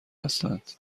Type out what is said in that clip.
هستند